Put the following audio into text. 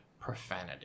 profanity